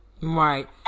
Right